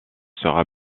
sera